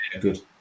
good